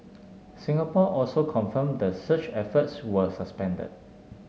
Singapore also confirmed the search efforts were suspended